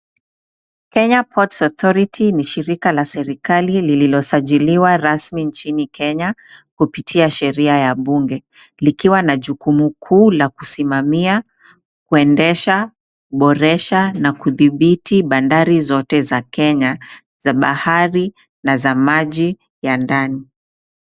Kenya Ports Authority ni shirika la serikali lililosajiliwa rasmi nchini Kenya, kupitia sheria ya bunge. Likiwa na jukumu kuu la kusimamia, kuendesha, boresha, na kudhibiti bandari zote za Kenya, za bahari, na za maji ya ndani.